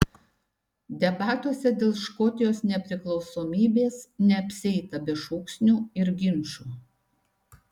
debatuose dėl škotijos nepriklausomybės neapsieita be šūksnių ir ginčų